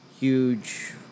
huge